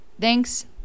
Thanks